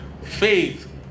faith